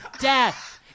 death